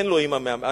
אין לו אמא מאמצת,